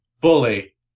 Bully